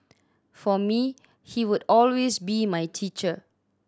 for me he would always be my teacher